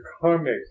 karmic